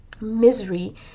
misery